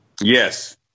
Yes